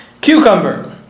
cucumber